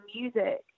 music